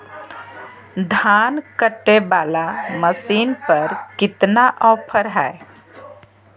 धान कटे बाला मसीन पर कितना ऑफर हाय?